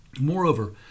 Moreover